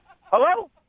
Hello